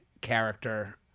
character